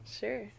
sure